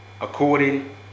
according